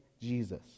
Jesus